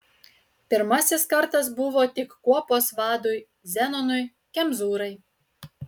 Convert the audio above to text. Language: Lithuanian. pirmasis kartas buvo tik kuopos vadui zenonui kemzūrai